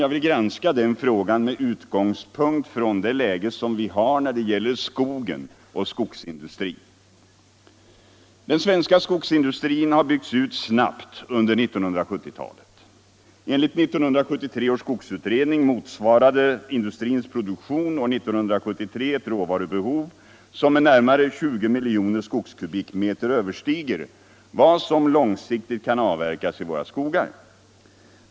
Jag vill granska den frågan med utgångspunkt i det läge som vi har när det gäller skogen och skogsindustrin. Den svenska skogsindustrin har byggts ut snabbt under 1970-talet. Enligt 1973 års skogsutredning motsvarade industrins produktion år 1973 ett råvarubehov som med närmare 20 miljoner skogskubikmeter överstiger vad som långsiktigt kan avverkas i våra skogar.